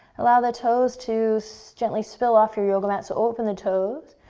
allow the toes to so gently spill off your yoga mat. so open the toes,